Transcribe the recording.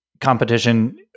competition